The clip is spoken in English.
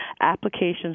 applications